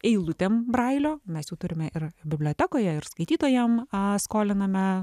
eilutėm brailio mes jau turime ir bibliotekoje ir skaitytojam a skoliname